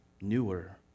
newer